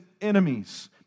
enemies